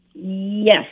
Yes